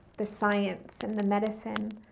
the science and the medicine,